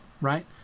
right